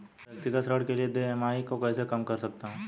मैं व्यक्तिगत ऋण के लिए देय ई.एम.आई को कैसे कम कर सकता हूँ?